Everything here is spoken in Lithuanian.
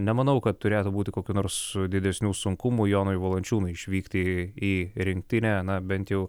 nemanau kad turėtų būti kokių nors didesnių sunkumų jonui valančiūnui išvykti į į rinktinę na bent jau